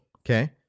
Okay